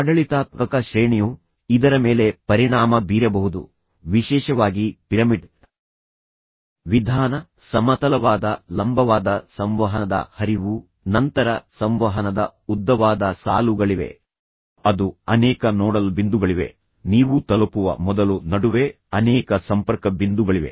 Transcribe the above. ಆಡಳಿತಾತ್ಮಕ ಶ್ರೇಣಿಯು ಇದರ ಮೇಲೆ ಪರಿಣಾಮ ಬೀರಬಹುದು ವಿಶೇಷವಾಗಿ ಪಿರಮಿಡ್ ವಿಧಾನ ಸಮತಲವಾದ ಲಂಬವಾದ ಸಂವಹನದ ಹರಿವು ನಂತರ ಸಂವಹನದ ಉದ್ದವಾದ ಸಾಲುಗಳಿವೆ ಅದು ಅನೇಕ ನೋಡಲ್ ಬಿಂದುಗಳಿವೆ ನೀವು ತಲುಪುವ ಮೊದಲು ನಡುವೆ ಅನೇಕ ಸಂಪರ್ಕ ಬಿಂದುಗಳಿವೆ